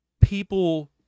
people